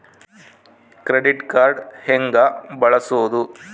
Credit card ಹೆಂಗ ಬಳಸೋದು?